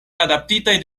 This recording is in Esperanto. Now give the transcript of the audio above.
adaptitaj